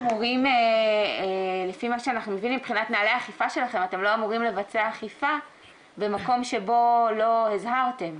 שלכם, לבצע אכיפה במקום שבו לא הזהרתם,